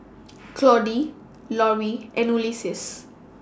Claudie Lori and Ulysses